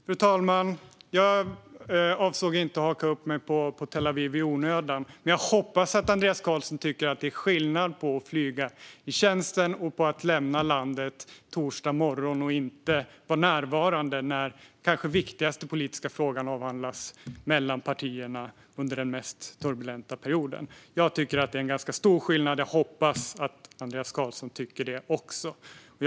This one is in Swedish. Fru talman! Jag avsåg inte att haka upp mig på Tel Aviv i onödan. Men jag hoppas att Andreas Carlson tycker att det är skillnad på att flyga i tjänsten och att lämna landet på torsdag morgon och inte vara närvarande när den kanske viktigaste politiska frågan avhandlas mellan partierna under den mest turbulenta perioden. Jag tycker att det är ganska stor skillnad. Jag hoppas att Andreas Carlson också tycker det.